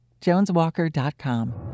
JonesWalker.com